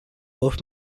off